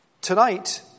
tonight